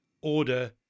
order